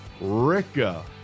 Rica